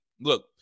look